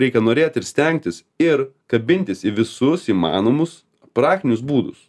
reikia norėt ir stengtis ir kabintis į visus įmanomus praktinius būdus